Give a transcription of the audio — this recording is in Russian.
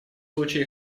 случае